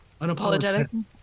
unapologetic